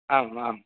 आम् आम्